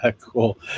Cool